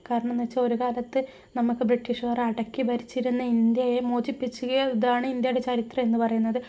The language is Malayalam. കാരണമെന്ന് വെച്ചാൽ ഒരു കാലത്ത് നമുക്ക് ബ്രിട്ടീഷുകാർ അടക്കി ഭരിച്ചിരുന്ന ഇന്ത്യയെ മോചിപ്പിച്ച് ഇതാണ് ഇന്ത്യയുടെ ചരിത്രം എന്ന് പറയുന്നത്